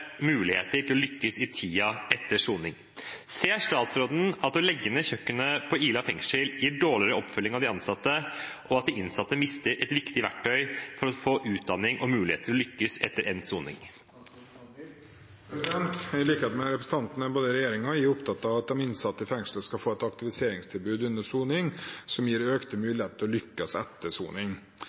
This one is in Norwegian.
muligheter til å lykkes i tiden etter soning. Ser statsråden at å legge ned kjøkkenet på Ila gir dårligere oppfølging av de innsatte, og at de innsatte mister et viktig verktøy for å få utdanning og muligheter til å lykkes etter endt soning?» I likhet med representanten er både regjeringen og jeg opptatt av at de innsatte i fengselet skal få et aktiviseringstilbud under soning som gir økte muligheter til å lykkes etter soning.